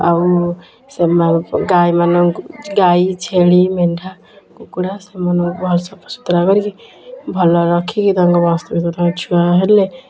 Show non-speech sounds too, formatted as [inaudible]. ଆଉ ସେମାନେ ଗାଈମାନଙ୍କୁ ଗାଈ ଛେଳି ମେଣ୍ଢା କୁକୁଡ଼ା ସେମାନଙ୍କୁ ଆଉ ସଫାସୁତୁରା କରିକି ଭଲରେ ରଖିକି ତାଙ୍କ ବଂଶ [unintelligible] ଛୁଆ ହେଲେ